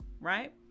right